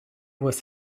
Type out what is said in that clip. was